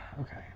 Okay